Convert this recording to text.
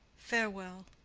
farewell.